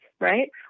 right